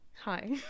hi